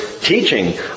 teaching